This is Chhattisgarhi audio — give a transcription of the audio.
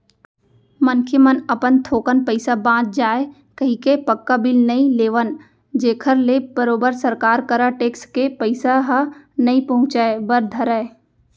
मनखे मन अपन थोकन पइसा बांच जाय कहिके पक्का बिल नइ लेवन जेखर ले बरोबर सरकार करा टेक्स के पइसा ह नइ पहुंचय बर धरय